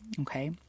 Okay